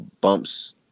bumps